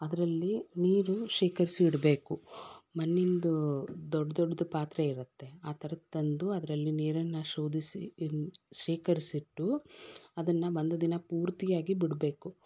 ಅದರಲ್ಲಿ ನೀರು ಶೇಖರಿಸಿ ಇಡಬೇಕು ಮಣ್ಣಿಂದು ದೊಡ್ಡ ದೊಡ್ಡದು ಪಾತ್ರೆ ಇರುತ್ತೆ ಆ ಥರದ್ದು ತಂದು ಅದರಲ್ಲಿ ನೀರನ್ನು ಶೋಧಿಸಿ ಇನ್ ಶೇಖರಿಸಿಟ್ಟು ಅದನ್ನು ಒಂದು ದಿನ ಪೂರ್ತಿಯಾಗಿ ಬಿಡಬೇಕು